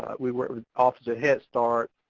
but we work with office of head start.